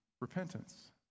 repentance